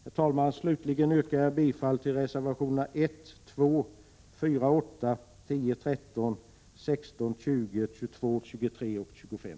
Herr talman! Slutligen yrkar jag bifall till reservationerna 1,2, 4,8, 10, 13, 16, 20, 22, 23 och 25.